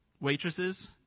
waitresses